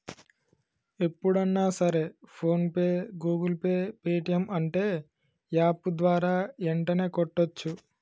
ఎప్పుడన్నా సరే PhonePe Google Pay Paytm అంటే యాప్ ద్వారా యెంటనే కట్టోచ్చు